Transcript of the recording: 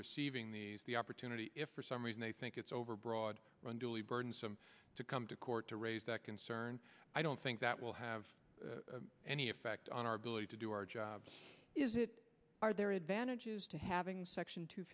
receiving these the opportunity if for some reason they think it's overbroad when duly burdensome to come to court to raise that concern i don't think that will have any effect on our ability to do our job is it are there advantages to having section two